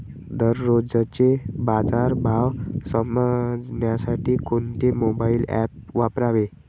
दररोजचे बाजार भाव समजण्यासाठी कोणते मोबाईल ॲप वापरावे?